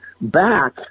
back